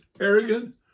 arrogant